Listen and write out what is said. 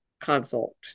consult